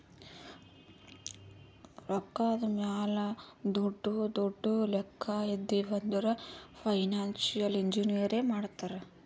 ರೊಕ್ಕಾದ್ ಮ್ಯಾಲ ದೊಡ್ಡು ದೊಡ್ಡು ಲೆಕ್ಕಾ ಇದ್ದಿವ್ ಅಂದುರ್ ಫೈನಾನ್ಸಿಯಲ್ ಇಂಜಿನಿಯರೇ ಮಾಡ್ತಾರ್